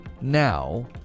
now